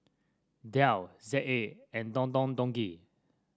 Dell Z A and Don Don Donki